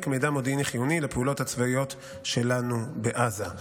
מידע מודיעני חיוני לפעולות הצבאיות שלנו בעזה,